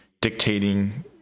dictating